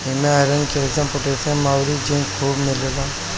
इमे iron, calcium, potassium अउरी zinc खुबे मिलेला